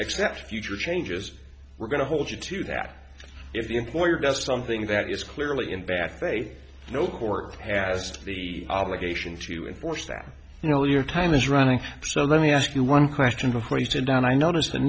accept future changes we're going to hold you to that if the employer does something that is clearly in bad faith no court has the obligation to enforce that you know your time is running so let me ask you one question before you sit down i noticed th